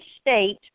state